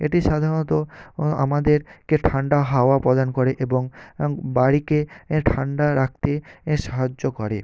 এটি সাধারণত আমাদেরকে ঠান্ডা হাওয়া প্রদান করেন এবং অং বাড়িকে এ ঠান্ডা রাখতে এ সাহায্য করে